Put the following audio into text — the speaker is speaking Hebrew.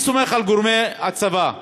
אני סומך על גורמי הצבא,